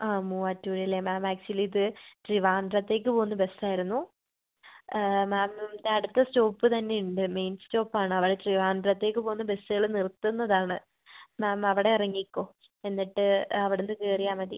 ആ മൂവാറ്റുപുഴയിലെ ma'am actually ഇത് ട്രിവാൻഡ്രത്തേക്ക് പോവുന്ന ബസ് ആയിരുന്നു മാം അടുത്ത സ്റ്റോപ്പ് തന്നെ ഉണ്ട് മെയിൻ സ്റ്റോപ്പ് ആണ് അവിടെ ട്രിവാൻഡ്രത്തേക്ക് പോവുന്ന ബസ്സുകൾ നിർത്തുന്നതാണ് മാം അവിടെ ഇറങ്ങിക്കോ എന്നിട്ട് അവിടുന്ന് കയറിയാൽ മതി